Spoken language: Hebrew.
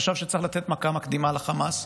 הוא חשב שצריך לתת מכה מקדימה לחמאס,